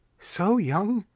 so young,